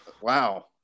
wow